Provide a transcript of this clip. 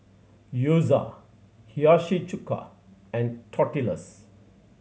Gyoza Hiyashi Chuka and Tortillas